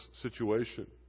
situation